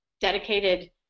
dedicated